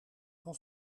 van